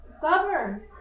governs